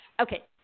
Okay